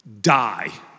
die